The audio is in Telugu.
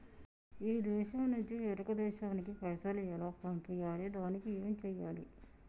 ఈ దేశం నుంచి వేరొక దేశానికి పైసలు ఎలా పంపియ్యాలి? దానికి ఏం చేయాలి?